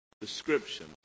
description